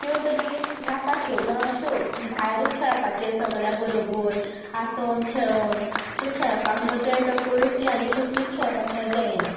त्यो तरी नाकाश्यो म्हळ्यार अश्यो भायरूच खेळपाचें सगळ्यां बरोबर हांसून खेळोन जी खेळपाक मजा येता पय ती आनी कसलीच खेळपाक मजा येना